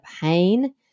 pain